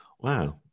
wow